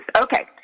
Okay